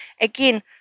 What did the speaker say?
Again